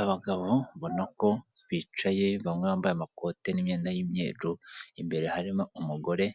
Abagabo ubonako bicaye bamwe bambaye amakoti n'imyenda y'imyeru, imbere harimo umugore.